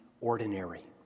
ordinary